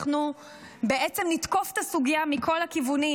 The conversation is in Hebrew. אנחנו בעצם נתקוף את הסוגיה מכל הכיוונים,